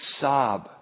sob